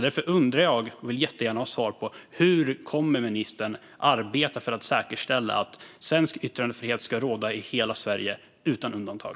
Därför undrar jag, och jag vill jättegärna ha svar på min fråga: Hur kommer ministern att arbeta för att säkerställa att svensk yttrandefrihet ska råda i hela Sverige utan undantag?